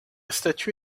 statue